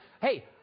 hey